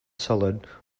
solid